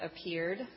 appeared